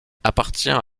appartient